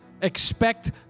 Expect